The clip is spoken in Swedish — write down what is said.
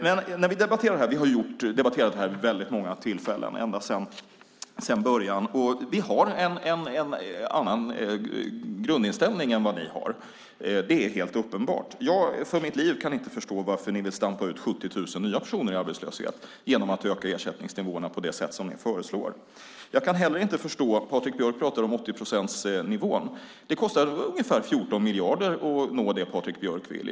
Vi har debatterat detta vid väldigt många tillfällen, ända sedan början, och det är helt uppenbart att vi har en annan grundinställning än vad ni har. Jag kan för mitt liv inte förstå varför ni vill sparka ut 70 000 nya personer i arbetslöshet genom att öka ersättningsnivåerna på det sätt som ni föreslår. Patrik Björck talar om 80-procentsnivån. Det kostar ungefär 14 miljarder att uppnå det Patrik Björck vill.